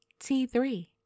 T3